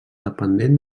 dependent